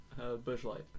Bushlight